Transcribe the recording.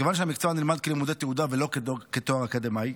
מכיוון שהמקצוע נלמד כלימודי תעודה ולא כתואר אקדמי,